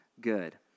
good